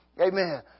Amen